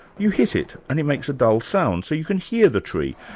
you hit it and it makes a dull sound, so you can hear the tree.